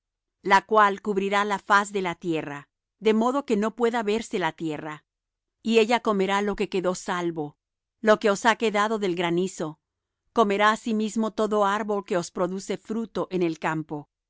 la cual cubrirá la faz de la tierra de modo que no pueda verse la tierra y ella comerá lo que quedó salvo lo que os ha quedado del granizo comerá asimismo todo árbol que os produce fruto en el campo